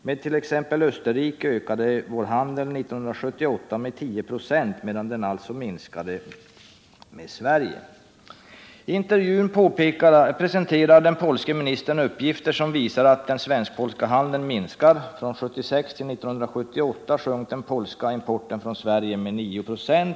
Med 1. ex. Österrike ökade vår handel 1978 med tio procent, medan den alltså minskade betydligt med Sverige.” I intervjun presenterade den polske ministern uppgifter som visar att den svensk-polska handeln minskar. Från 1976 till 1978 sjönk den polska importen från Sverige med 9 ".